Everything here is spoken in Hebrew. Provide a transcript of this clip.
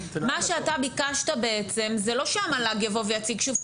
מה שאתה ביקשת בעצם זה לא שהמל"ג יבוא ויציג שוב,